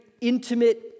intimate